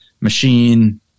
machine